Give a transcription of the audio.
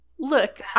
Look